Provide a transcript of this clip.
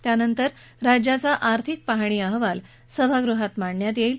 त्यानंतर राज्याचा आर्थिक पाहणी अहवाल सभागृहात मांडला जाईल